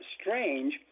strange